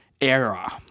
era